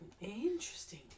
Interesting